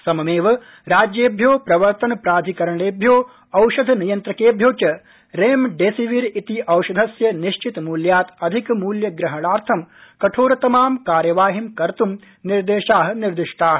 सममेव राज्येभ्यो प्रवर्तन प्राधिकरणेभ्यो औषध नियन्त्रकेभ्यो च रेमडेसिविर इति औषधस्य निश्चितमूल्यात् अधिकमूल्यप्रहणार्थं कठोरतमां कार्यवाहीं कर्त् निर्देशा निर्देष्टा